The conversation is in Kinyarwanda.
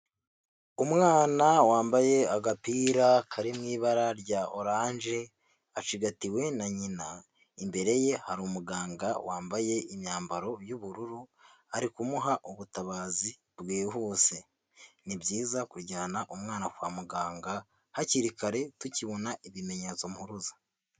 Umwana wambaye agapira kari mu ibara rya oranje, acigatiwe na nyina, imbere ye hari umuganga wambaye imyambaro y'ubururu, ari kumuha ubutabazi bwihuse. Ni byiza kujyana umwana kwa muganga hakiri kare tukibona ibimenyetso mpuruza.